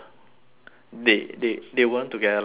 they they they weren't together like like